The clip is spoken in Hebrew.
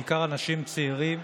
בעיקר אנשים צעירים,